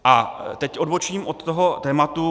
A teď odbočím od toho tématu.